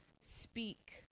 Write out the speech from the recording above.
speak